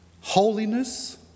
Holiness